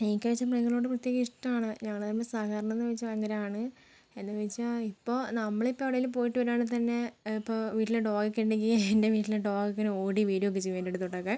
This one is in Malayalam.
എനിക്ക് വെച്ചാൽ മൃഗങ്ങളോട് പ്രത്യേക ഇഷ്ടമാണ് ഞങ്ങൾ തമ്മിൽ സഹകരണം എന്നു വെച്ചാൽ ഭയങ്കരമാണ് എന്നുവെച്ചാൽ ഇപ്പോൾ നമ്മളിപ്പോൾ എവിടെയെങ്കിലും പോയിട്ട് വരുവാണെങ്കിൽ തന്നെ ഇപ്പോൾ വീട്ടിൽ ഡോഗ് ഒക്കെയുണ്ടെങ്കിൽ എൻ്റെ വീട്ടിലെ ഡോഗ് ഇങ്ങനെ ഓടി വരുവൊക്കെ ചെയ്യും എന്റെ അടുത്തോട്ടൊക്കെ